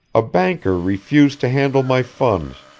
a banker refused to handle my funds.